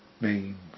name